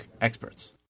experts